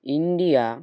India